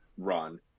run